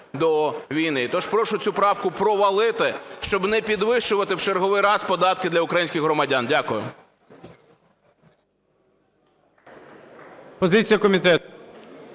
до війни. Тож прошу цю правку провалити, щоб не підвищувати в черговий раз податки для українських громадян. Дякую.